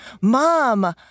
Mom